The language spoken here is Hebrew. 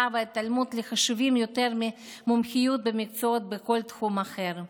והתלמוד לחשובים יותר ממומחיות במקצועות בכל תחום אחר.